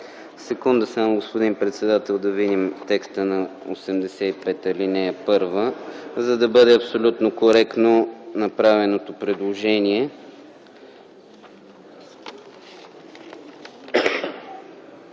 (момент, господин председател, да видим текста на чл. 85, ал. 1, за да бъде абсолютно коректно направеното предложение)